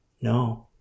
No